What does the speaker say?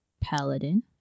Paladin